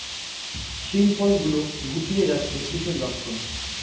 শিম ফল গুলো গুটিয়ে যাচ্ছে কিসের লক্ষন?